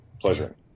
pleasure